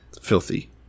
Filthy